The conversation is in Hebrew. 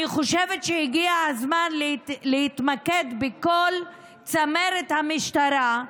אני חושבת שהגיע הזמן להתמקד בכל צמרת המשטרה,